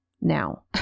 now